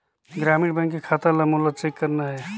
ग्रामीण बैंक के खाता ला मोला चेक करना हे?